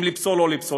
אם לפסול או לא לפסול.